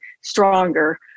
stronger